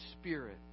spirit